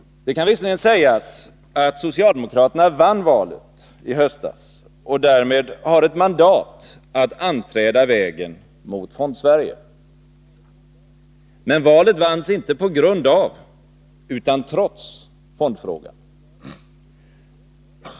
Det kan visserligen sägas att socialdemokraterna vann valet i höstas och därmed har ett mandat att anträda vägen mot Fondsverige, men valet vanns inte på grund av utan trots fondfrågan.